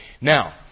Now